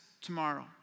tomorrow